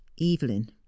Evelyn